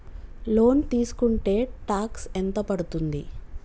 Loan తీస్కుంటే tax ఎంత పడ్తుంది?